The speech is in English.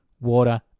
water